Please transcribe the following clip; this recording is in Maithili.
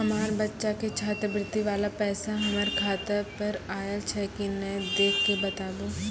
हमार बच्चा के छात्रवृत्ति वाला पैसा हमर खाता पर आयल छै कि नैय देख के बताबू?